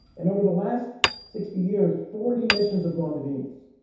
and over the last sixty years, forty missions have gone to venus,